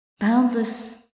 Boundless